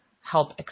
help